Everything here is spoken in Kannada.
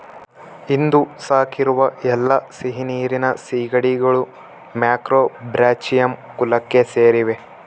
ಇಂದು ಸಾಕಿರುವ ಎಲ್ಲಾ ಸಿಹಿನೀರಿನ ಸೀಗಡಿಗಳು ಮ್ಯಾಕ್ರೋಬ್ರಾಚಿಯಂ ಕುಲಕ್ಕೆ ಸೇರಿವೆ